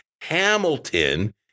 Hamilton